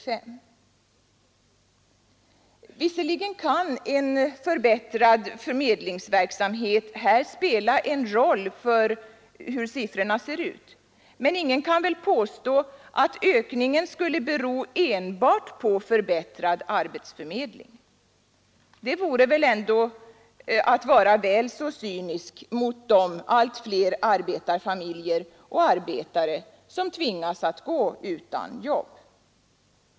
Visserligen kan en förbättrad förmedlingsverksamhet här spela en roll för hur siffrorna ser ut. Men ingen kan väl påstå att ökningen skulle bero enbart på förbättrad arbetsförmedling — det vore att vara väl cynisk mot de allt fler arbetarfamiljer och arbetare som drabbas av arbetslöshet.